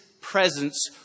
presence